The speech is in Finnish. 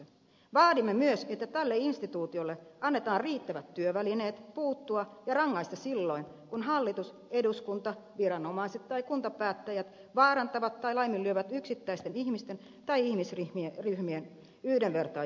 vaadimme myös että tälle instituutiolle annetaan riittävät työvälineet puuttua ja rangaista silloin kun hallitus eduskunta viranomaiset tai kuntapäättäjät vaarantavat tai laiminlyövät yksittäisten ihmisten tai ihmisryhmien yhdenvertaisia oikeuksia